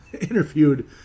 interviewed